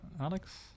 Alex